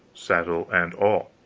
saddle and all.